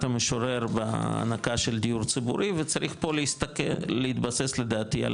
המשורר בהענקה של דיור ציבורי וצריך פה להתבסס לדעתי,